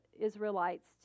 Israelites